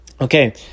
Okay